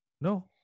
No